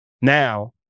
Now